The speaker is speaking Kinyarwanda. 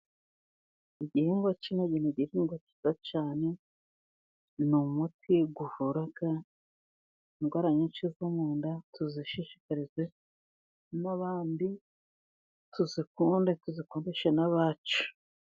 Igihingwa cy' intoryi, ni igihingwa cyiza cyane ni umuti zivura indwara nyinshi zo mu nda, tuzishishikarize n' abandi, tuzikunde, tuzikundishe n' abacu.